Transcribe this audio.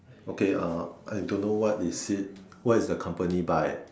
okay uh I don't know what is it what is the company by